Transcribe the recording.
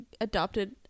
Adopted